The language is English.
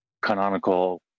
canonical